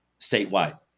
statewide